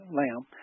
lamb